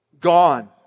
Gone